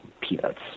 peanuts